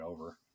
over